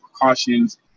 precautions